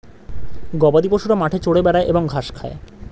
গবাদিপশুরা মাঠে চরে বেড়ায় এবং ঘাস খায়